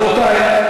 רבותי,